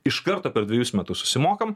iš karto per dvejus metus susimokam